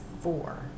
four